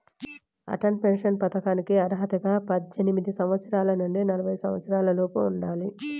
Atal pension పథకానికి అర్హతగా పద్దెనిమిది సంవత్సరాల నుండి నలభై సంవత్సరాలలోపు ఉండాలి